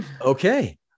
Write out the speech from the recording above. Okay